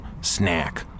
Snack